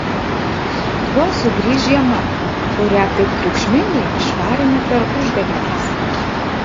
su juo sugrįš žiema kurią taip triukšmingai išvarėme per užgavėnes